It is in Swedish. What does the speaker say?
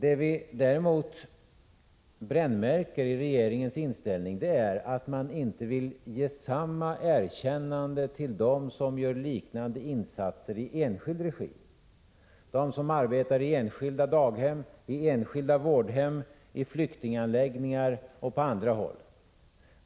Vad vi däremot brännmärker i regeringens inställning är att man inte vill ge samma erkännande till dem som gör liknande insatser i enskild regi, de som arbetar i enskilda daghem, i enskilda vårdhem, i flyktinganläggningar och på andra håll.